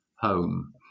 home